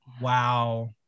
Wow